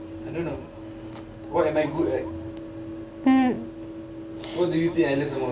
mm